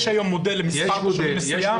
יש היום מודל למספר תושבים מסוים?